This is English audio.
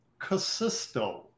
Casisto